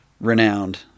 renowned